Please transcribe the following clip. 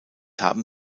haben